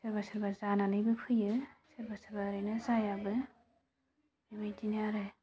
सोरबा सोरबा जानानैबो फैयो सोरबा सोरबा ओरैनो जायाबो बेबायदिनो आरो